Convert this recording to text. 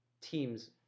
teams